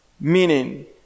Meaning